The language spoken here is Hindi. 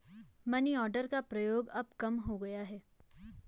मनीआर्डर का प्रयोग अब कम हो गया है